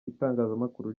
itangazamakuru